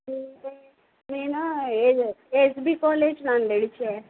मी मी ना A S B college नांदेडची आहे